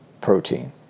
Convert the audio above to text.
protein